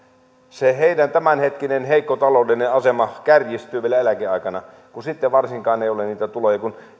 se heidän tämänhetkinen heikko taloudellinen asemansa kärjistyy vielä eläkeaikana kun sitten varsinkaan ei ole niitä tuloja kun